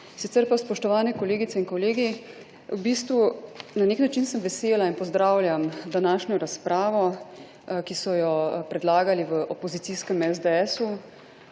Sicer pa, spoštovane kolegice in kolegi, v bistvu na nek način sem vesela in pozdravljam današnjo razpravo, ki so jo predlagali v opozicijskem SDS-u,